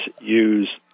use